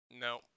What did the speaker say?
No